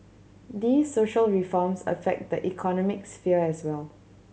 these social reforms affect the economic sphere as well